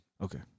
Okay